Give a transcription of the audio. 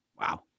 Wow